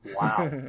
Wow